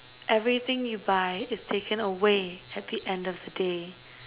everything you buy is taken away at the end of the day